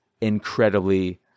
incredibly